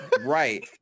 Right